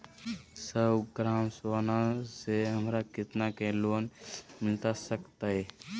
सौ ग्राम सोना से हमरा कितना के लोन मिलता सकतैय?